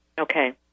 Okay